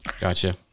Gotcha